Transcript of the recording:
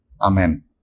Amen